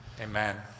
Amen